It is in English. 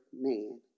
man